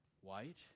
White